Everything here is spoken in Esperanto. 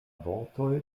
vortoj